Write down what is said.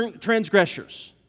transgressors